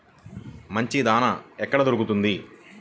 మంచి దాణా ఎక్కడ దొరుకుతుంది?